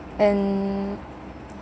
and